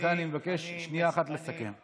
ולכן אני מבקש שנייה אחת לסכם.